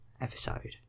episode